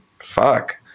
Fuck